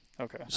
Okay